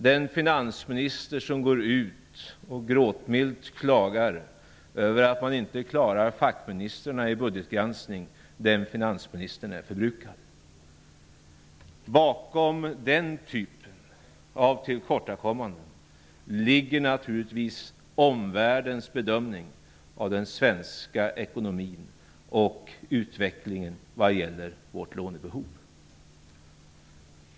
Den finansminister som går ut och gråtmilt klagar över att hon inte klarar fackministrarna vid budgetgranskningen är förbrukad. Bakom den typen av tillkortakommanden ligger naturligtvis omvärldens bedömning av den svenska ekonomin och utvecklingen när det gäller vårt lånebehov.